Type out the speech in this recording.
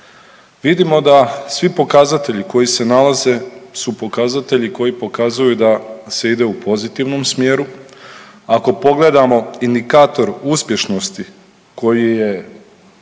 Vidimo da svi pokazatelji koji se nalaze su pokazatelji koji pokazuju da se ide u pozitivnom smjeru. Ako pogledamo indikator uspješnosti koji je